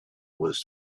was